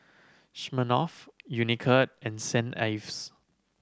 Smirnoff Unicurd and Saint Ives